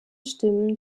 stimmen